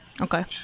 Okay